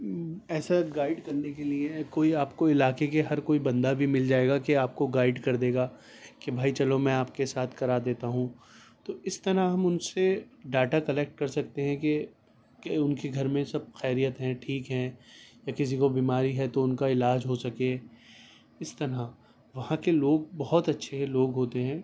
ایسا گائڈ کرنے کے لیے کوئی آپ کو علاقے کے ہر کوئی بندہ بھی مل جائے گا کہ آپ کو گائڈ کر دے گا کہ بھائی چلو میں آپ کے ساتھ کرا دیتا ہوں تو اس طرح ہم ان سے ڈاٹا کلکٹ کر سکتے ہیں کہ ان کے گھر میں سب خیریت ہیں ٹھیک ہیں یا کسی کو بیماری ہے تو ان کا علاج ہو سکے اس طرح وہاں کے لوگ بہت اچھے لوگ ہوتے ہیں